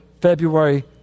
February